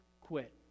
quit